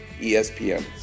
ESPN